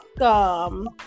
welcome